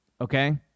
okay